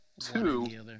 two